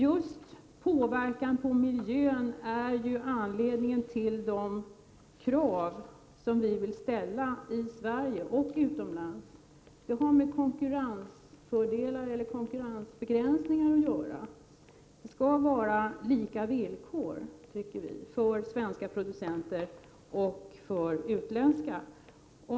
Just påverkan på miljön är ju anledningen till de krav som vi vill ställa i Sverige och utomlands. Det har med konkurrensfördelar eller konkurrensbegränsningar att göra: det skall vara lika villkor för svenska producenter som för utländska, tycker vi.